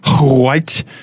white